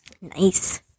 Nice